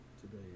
today